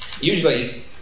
Usually